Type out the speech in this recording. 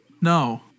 No